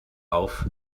auf